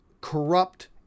corrupt